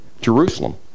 Jerusalem